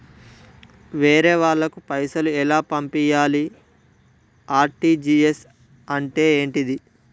వేరే వాళ్ళకు పైసలు ఎలా పంపియ్యాలి? ఆర్.టి.జి.ఎస్ అంటే ఏంటిది?